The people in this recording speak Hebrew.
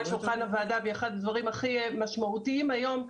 על שולחן הוועדה והיא אחד הדברים הכי משמעותיים היום,